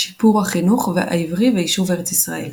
שיפור החינוך העברי ויישוב ארץ ישראל.